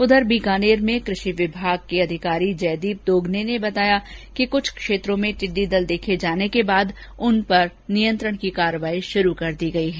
उधर बीकानेर में कृषि विभाग के अधिकारी जयदीप दोगने ने बताया कि कुछ क्षेत्रों में टिड्डी दल देखे जाने के बाद उनपर नियंत्रण की कार्यवाही की जा रही है